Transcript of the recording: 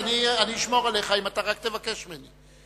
אני אשמור עליך אם אתה רק תבקש ממני.